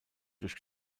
durch